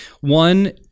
One